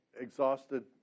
exhausted